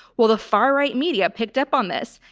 well, the far right media picked up on this,